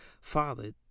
Father